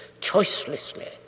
choicelessly